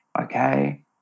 Okay